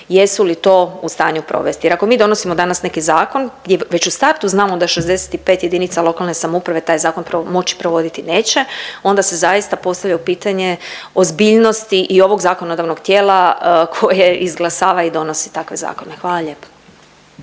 jesu li to u stanju provesti jer ako mi donosimo danas neki zakon gdje već u startu znamo da 65 JLS taj zakon moći provoditi neće onda se zaista postavlja pitanje ozbiljnosti i ovog zakonodavnog tijela koje izglasava i donosi takve zakone, hvala lijepa.